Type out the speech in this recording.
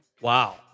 Wow